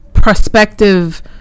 Prospective